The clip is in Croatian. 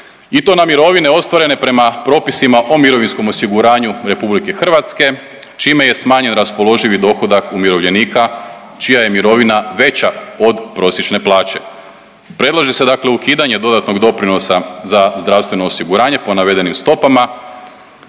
i to na mirovine ostvarene prema propisima o mirovinskom osiguranju RH čime je smanjen raspoloživi dohodak umirovljenika čija je mirovina veća od prosječne plaće. Predlaže se dakle ukidanje dodatnog doprinosa za zdravstveno osiguranje po navedenim stopama